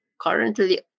currently